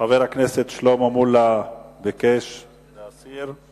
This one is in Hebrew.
חבר הכנסת שלמה מולה ביקש להסיר.